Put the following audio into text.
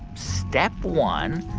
step one,